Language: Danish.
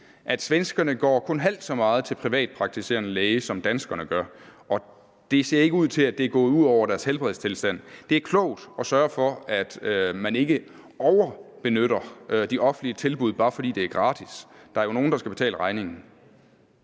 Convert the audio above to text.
at svenskerne kun går halvt så meget til privatpraktiserende læge, som danskerne gør, og det ser ikke ud til, at det er gået ud over deres helbredstilstand. Det er klogt at sørge for, at man ikke overbenytter de offentlige tilbud, bare fordi det er gratis. Der er jo nogen, der skal betale regningen.